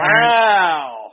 Wow